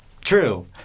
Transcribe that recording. True